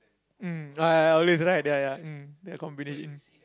mm ah ya ya always right ya ya their combination